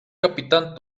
capitán